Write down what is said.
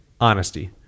honesty